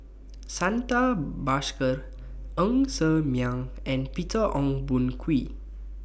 Santha Bhaskar Ng Ser Miang and Peter Ong Boon Kwee